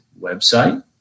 website